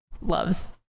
loves